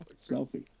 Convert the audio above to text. Selfie